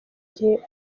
gihe